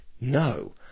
No